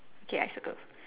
K I circle